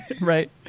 right